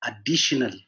additional